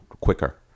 quicker